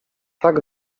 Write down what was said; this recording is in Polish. tak